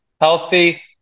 healthy